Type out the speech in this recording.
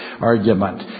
argument